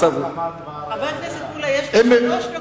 ברק אמר כבר, חבר הכנסת מולה, יש לו שלוש דקות.